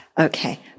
Okay